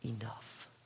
enough